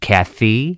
Kathy